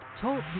Talk